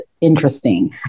interesting